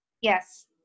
Yes